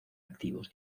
activos